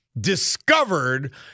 discovered